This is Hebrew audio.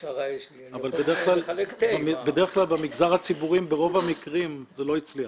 בדרך כלל במגזר הציבורי, ברוב המקרים זה לא הצליח.